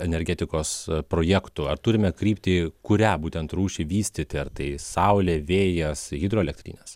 energetikos projektų ar turime kryptį kurią būtent rūšį vystyti ar tai saulė vėjas hidroelektrinės